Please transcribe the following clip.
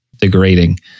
degrading